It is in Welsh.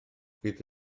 fydd